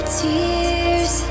tears